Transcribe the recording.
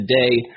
today